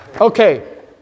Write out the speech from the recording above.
Okay